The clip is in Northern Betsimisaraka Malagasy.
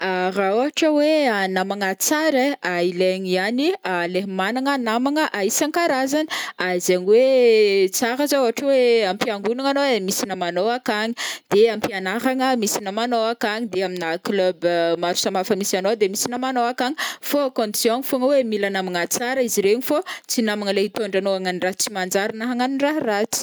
Ra ôhatra oe namagna tsara ai, ilaigny ihany le managna namagna isan-karazany, zegny oe tsara zô ôhatra oe am-piangonagna nao ai misy namagnô akagny de ampianaragna misy namagnô akany de amina club maro samihafa nisy anao de misy namagnô akany, fô condition fogna oe mila namagna tsara izy ireny fô tsy le namagna le hitondra anô hagnano raha tsy manjary na hagnano raha ratsy.